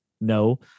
No